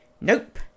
Nope